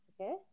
Okay